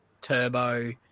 Turbo –